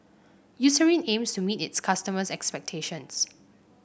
Eucerin aims to meet its customers' expectations